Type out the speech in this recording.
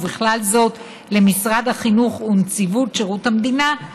ובכלל זאת למשרד החינוך ולנציבות שירות המדינה,